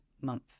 month